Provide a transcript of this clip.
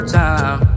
time